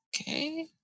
Okay